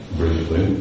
briefly